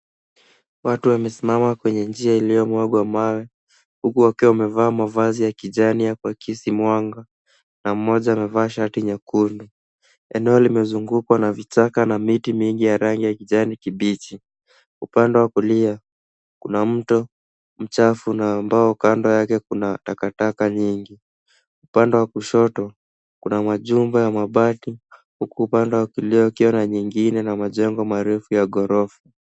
Watu wamesimama kwenye njia iliyomwagwa mawe huku wakiwa wamevaa mavazi ya kijani ya kuakisi mwanga na mmoja amevaa shati nyekundu. Eneo limezungukwa na vichaka na miti mingi ya rangi ya kijani kibichi. Upande wa kulia kuna mto mchafu na ambao kando yake kuna takataka nyingi. Upande wa kushoto kuna majumba ya mabati huku upande wa kulia kukiwa na nyingine na majengo marefu ya ghorofa.